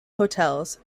hotels